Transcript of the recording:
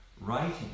Writing